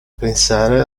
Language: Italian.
pensare